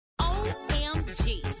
OMG